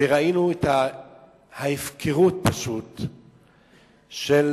וראינו את ההפקרות של